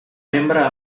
membre